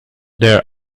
there